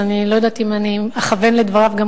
אז אני לא יודעת אם אני אכוון לדבריו,